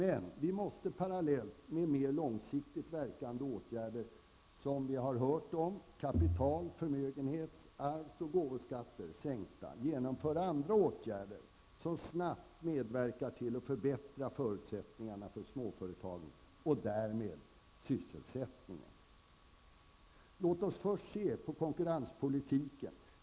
Men vi måste parallellt, med mer långsiktigt verkande åtgärder som vi har hört om -- sänkningar av kapital-, förmögenhets-, arvs och gåvoskatten --, genomföra andra åtgärder som snabbt medverkar till att förbättra förutsättningarna för småföretag och därmed sysselsättning. Låt oss först se på konkurrenspolitiken.